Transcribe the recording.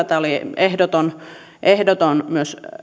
tämä oli ehdotonta myös